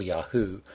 Yahoo